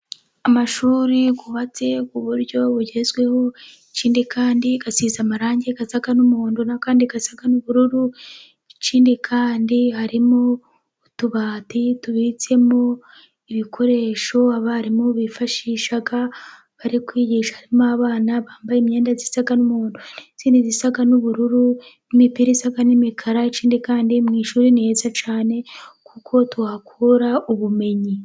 Amashuri yubatse ku buryo bugezweho, ikindi kandi asize amarangi asa n'umuhondo n'ayandi asa n'ubururu, ikindi kandi harimo utubati tubitsemo ibikoresho abarimu bifashisha bari kwigisha, harimo abana bambaye imyenda isa n'umuhondo, n'iyindi isa n'ubururu n' imipira isa n'imikara, ikindi kandi mu ishuri ni heza cyane kuko tuhakura ubumenyi.